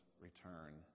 return